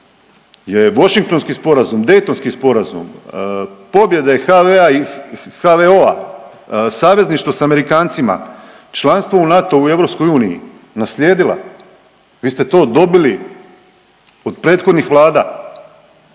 je Washingtonski sporazum, Daytonski sporazum, pobjede HV-a i HVO-a, savezništvo sa Amerikancima, članstvo u NATO-u i EU naslijedila. Vi ste to dobili od prethodnih Vlada.